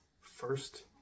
first